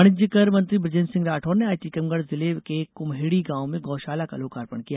वाणिज्यकर मंत्री बृजेन्द्र सिंह राठौर ने आज टीकमगढ़ जिले के कुम्हेड़ी गांव में गौशाला का लोकार्पण किया